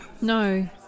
No